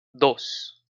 dos